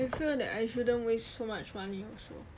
I feel that I shouldn't waste so much money also